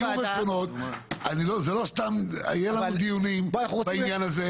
היו רצונות, היו לנו דיונים בעניין הזה.